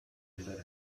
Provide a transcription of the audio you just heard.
elder